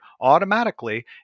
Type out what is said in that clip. automatically